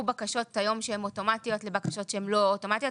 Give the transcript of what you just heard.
בקשות היום שהן אוטומטיות לבקשות שהן לא אוטומטיות.